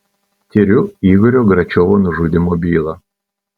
tiriu igorio gračiovo nužudymo bylą